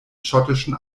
schottischen